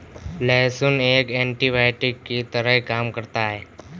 लहसुन एक एन्टीबायोटिक की तरह काम करता है